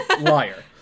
liar